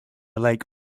lake